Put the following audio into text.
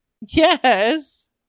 Yes